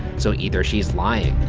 so, either she's lying,